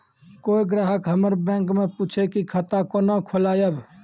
कोय ग्राहक हमर बैक मैं पुछे की खाता कोना खोलायब?